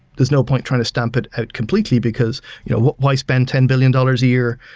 there's no point trying to stomp it completely because you know why spend ten billion dollars a year